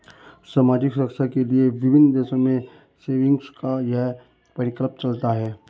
सामाजिक सुरक्षा के लिए विभिन्न देशों में सेविंग्स का यह प्रकल्प चलता है